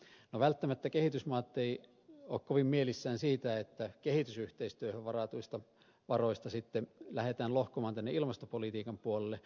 no välttämättä kehitysmaat eivät ole kovin mielissään siitä että kehitysyhteistyöhön varatuista varoista sitten lähdetään lohkomaan tänne ilmastopolitiikan puolelle